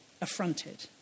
affronted